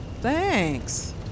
Thanks